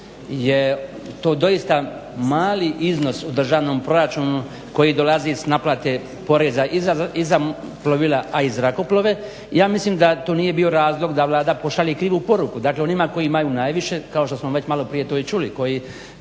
je to doista mali iznos u državnom proračunu koji dolazi iz naplate poreza i za plovila a i zrakoplove. Ja mislim da to nije bio razlog da Vlada pošalje krivu poruku dakle onima koji imaju najviše kao što smo to maloprije čuli koji